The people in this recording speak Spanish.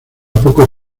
poco